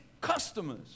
customers